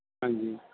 ਹਾਂਜੀ